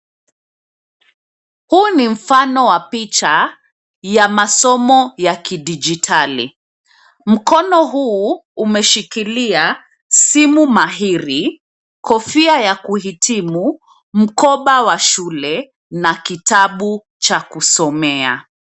Huu ni mfano wa picha ya masomo ya kidigitali mkono huu umeshikilia simu mahiri, kofia ya kuhitimu, mkoba wa shule na kitabu cha kusomea.